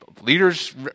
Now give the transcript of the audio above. Leaders